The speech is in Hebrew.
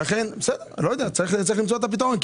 צריך למצוא פתרון,